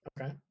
Okay